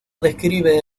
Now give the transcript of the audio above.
describe